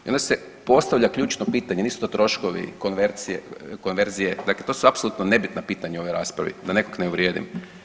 I onda se postavlja ključno pitanje, nisu to troškove konvercije, konverzije, dakle to su apsolutno nebitna pitanja u ovoj raspravi, da nekog ne uvrijedim.